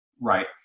Right